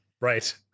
right